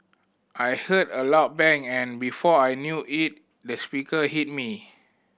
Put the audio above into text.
I heard a loud bang and before I knew it the speaker hit me